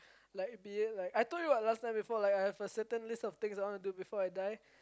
like be it like I told you what last time before like I have a certain list of things I wanna do before I die